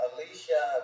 Alicia